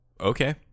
okay